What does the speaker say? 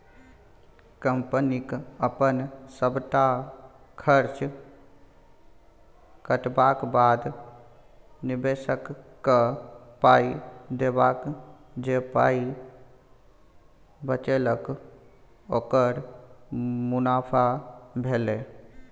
कंपनीक अपन सबटा खर्च कटबाक बाद, निबेशककेँ पाइ देबाक जे पाइ बचेलक ओकर मुनाफा भेलै